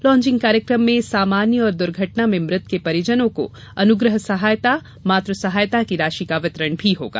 launching कार्यक्रम में सामान्य और दुर्घटना में मृत के परिजनों को अनुग्रह सहायता मातृ सहायता की राशि का वितरण होगा